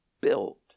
built